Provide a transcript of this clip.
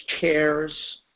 chairs